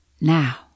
Now